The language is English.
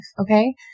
okay